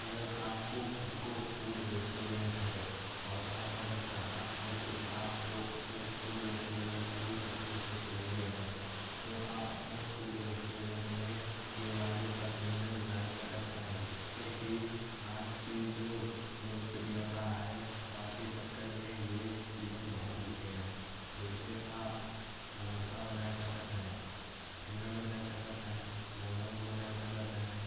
अगर आपको अपना फूड रेस्टोरेंट है और आप चाहते हैं। कि आपका रेस्टोरेंट अच्छे से चले। तो आप अपने फूड रेस्टोरेंट में यह वाले सब व्यंजन बना सकते हैं। जो आज की लोकप्रियता के चक्कर में बहुत बिकते हैं। जैसे आप समोसा बना सकते हैं फिंगर फ्राइज बना सकते हैं। मोमोस बना सकते हैं